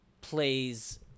plays